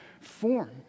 form